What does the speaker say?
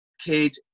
kid